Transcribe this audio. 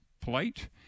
plate